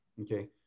Okay